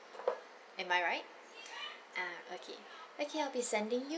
am I right ah okay okay I'll be sending you